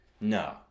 No